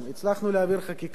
הצלחנו להעביר חקיקה.